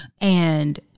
and-